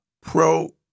pro